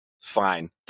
fine